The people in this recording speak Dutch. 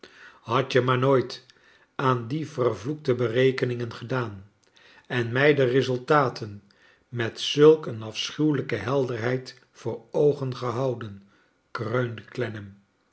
had je maar nooit aan die vervloekte berekeningen gedaan en mij de resultaten met zulk een afschuwelijke helderheid voor oogen gehouden